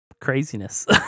craziness